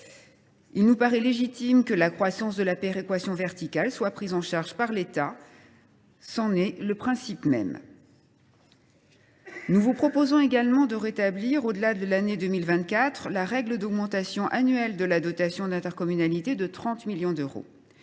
Il nous paraît légitime que la croissance de la péréquation verticale soit prise en charge par l’État. C’en est le principe même ! Nous vous proposerons également de rétablir, au delà de l’année 2024, la règle d’augmentation annuelle de la dotation d’intercommunalité de 30 millions d’euros.